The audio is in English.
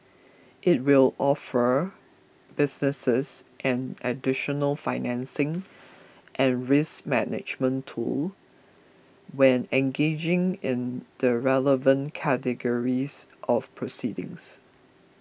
it will offer businesses an additional financing and risk management tool when engaged in the relevant categories of proceedings